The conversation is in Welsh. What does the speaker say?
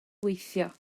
weithio